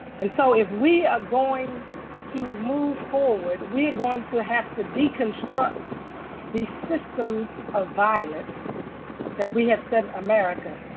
and so if we are going to move forward, we are going to have to deconstruct these systems of violence that we have set in america.